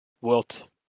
Wilt